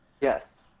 Yes